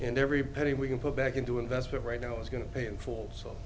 and every penny we can put back into investment right now is going to painful so